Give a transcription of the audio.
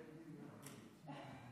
חבר הכנסת טופורובסקי יברך.